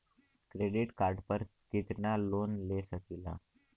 Credit card पर कितनालोन ले सकीला?